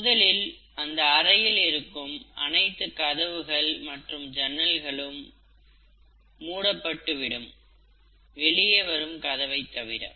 முதலில் அந்த அறையில் இருக்கும் அனைத்து கதவுகளும் ஜன்னல்களும் மூடப்பட்டு விடும் வெளியே வரும் கதவை தவிர